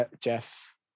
Jeff